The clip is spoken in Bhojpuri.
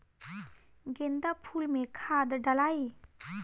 गेंदा फुल मे खाद डालाई?